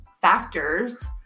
factors